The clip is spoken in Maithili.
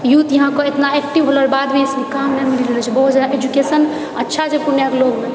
यूथ यहाँके इतना एक्टिव होलाके बादभी काम नहि मिल रहलो छै बहुत जादा एजुकेशन अच्छा छै पूर्णियाँके लोगमे